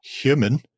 human